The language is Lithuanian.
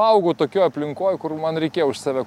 augau tokioj aplinkoj kur man reikėjo už save